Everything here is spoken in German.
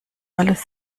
alles